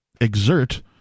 exert